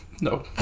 no